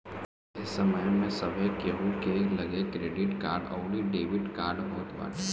ए समय में सभे केहू के लगे क्रेडिट कार्ड अउरी डेबिट कार्ड होत बाटे